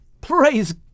Praise